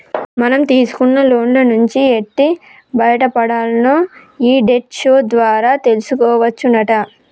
మనం తీసుకున్న లోన్ల నుంచి ఎట్టి బయటపడాల్నో ఈ డెట్ షో ద్వారా తెలుసుకోవచ్చునట